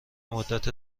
مدت